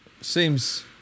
Seems